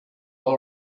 all